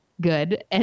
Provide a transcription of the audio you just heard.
good